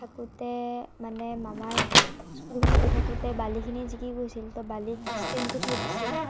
থাকোঁতে মানে মামায়ে স্কুটীখন ধুই থাকোঁতে বালিখিনি জিকি গৈছিল তো বালিত ষ্টেণ্ডটো থৈ দিছিল